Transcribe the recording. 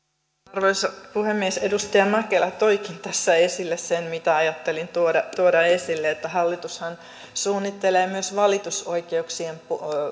arvoisa puhemies edustaja mäkelä toikin tässä esille sen mitä ajattelin tuoda tuoda esille että hallitushan suunnittelee myös valitusoikeuksien